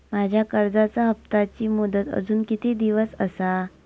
माझ्या कर्जाचा हप्ताची मुदत अजून किती दिवस असा?